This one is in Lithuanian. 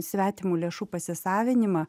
svetimų lėšų pasisavinimą